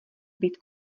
být